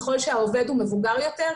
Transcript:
ככל שהעובד הוא מבוגר יותר,